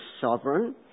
sovereign